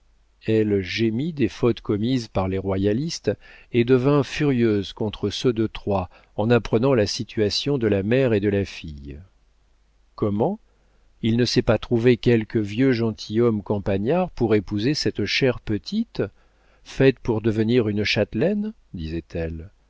elle gémit des fautes commises par les royalistes et devint furieuse contre ceux de troyes en apprenant la situation de la mère et de la fille comment il ne s'est pas trouvé quelque vieux gentilhomme campagnard pour épouser cette chère petite faite pour devenir une châtelaine disait-elle